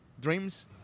dreams